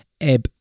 Ebb